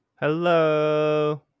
Hello